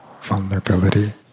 vulnerability